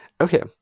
Okay